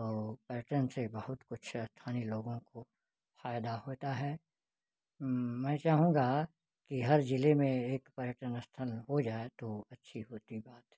तो पर्यटन से बहुत कुछ स्थानीय लोगों को फ़ायदा होता है मैं चाहूँगा कि हर ज़िले में एक पर्यटन स्थल हो जाए तो अच्छी होती बात